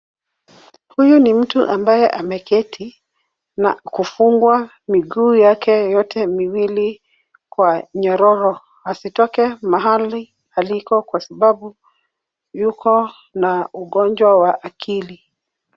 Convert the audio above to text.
Huyu ni mtu ambaye ameketi na kufungwa miguu yake yote miwili kwa nyororo asitoke mahali aliko kwa sababu yuko na ugonjwa wa akili.